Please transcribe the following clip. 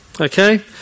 Okay